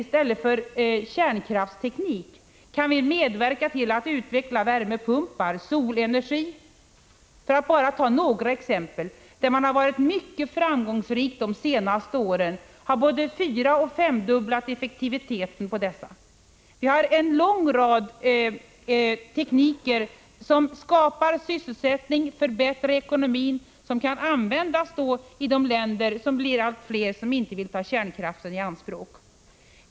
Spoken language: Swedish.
I stället för kärnkraftsteknik kan vi medverka till att utveckla värmepumpar och solenergi, för att bara ta ett par exempel. Dessa områden har varit mycket framgångsrika de senaste åren. Effektiviteten har både fyroch femdubblats. Vi har en stor mängd teknik som skapar sysselsättning, som förbättrar ekonomin och som kan användas i de länder — vilka blir allt fler — som inte vill ta kärnkraften i anspråk.